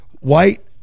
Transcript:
white